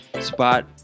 spot